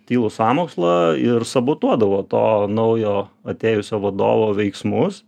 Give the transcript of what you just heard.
tylų sąmokslą ir sabotuodavo to naujo atėjusio vadovo veiksmus